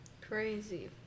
crazy